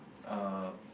uh